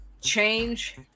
change